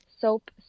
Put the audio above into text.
soap